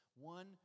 One